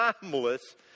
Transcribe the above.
timeless